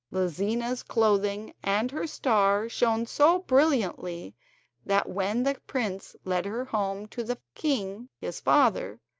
lizina's clothing and her star shone so brilliantly that when the prince led her home to the king, his father,